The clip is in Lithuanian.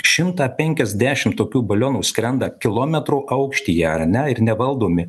šimtą penkiasdešim tokių balionų skrenda kilometro aukštyje ar ne ir nevaldomi